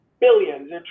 billions